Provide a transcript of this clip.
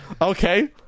okay